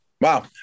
Wow